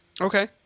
Okay